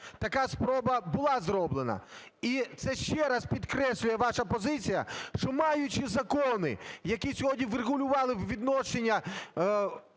Така спроба була зроблена. І це ще раз підкреслює, ваша позиція, що, маючи закони, які сьогодні б врегулювали би відношення